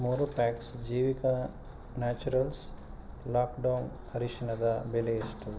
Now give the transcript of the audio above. ಮೂರು packs Jeevika naturals Lakadong ಅರಿಶಿಣದ ಬೆಲೆ ಎಷ್ಟು